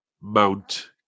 Mount